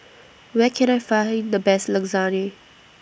Where Can I Find The Best Lasagne